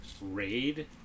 raid